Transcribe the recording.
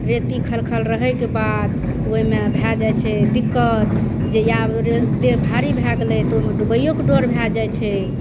रेती खलखल रहैके बाद ओहिमे भए जाइ छै दिक्कत जे या देह भारी भए गेलै तऽ ओहिमे डुबैओके डर भए जाइ छै